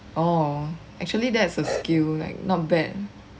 oh actually that is a skill like not bad